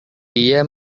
dia